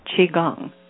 Qigong